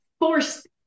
forced